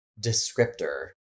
descriptor